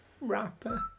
rapper